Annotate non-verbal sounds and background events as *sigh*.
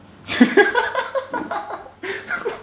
*laughs*